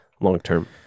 long-term